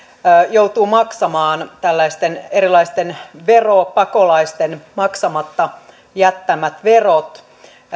joutuu maksamaan tällaisten erilaisten veropakolaisten maksamatta jättämät verot